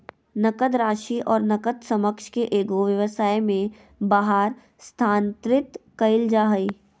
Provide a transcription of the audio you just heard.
नकद राशि और नकद समकक्ष के एगो व्यवसाय में बाहर स्थानांतरित कइल जा हइ